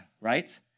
right